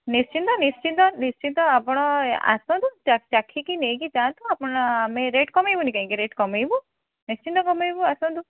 ନିଶ୍ଚିନ୍ତ ନିଶ୍ଚିନ୍ତ ନିଶ୍ଚିନ୍ତ ଆପଣ ଆସନ୍ତୁ ଚାଖିକି ନେଇକି ଯାଆନ୍ତୁ ଆପଣ ଆମେ ରେଟ୍ କମାଇବୁନି କାହିଁକି ରେଟ୍ କମାଇବୁ ନିଶ୍ଚିନ୍ତ କମାଇବୁ ଆସନ୍ତୁ